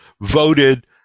voted